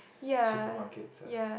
supermarkets ah